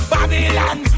Babylon